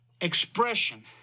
expression